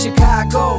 Chicago